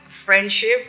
friendship